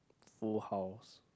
full house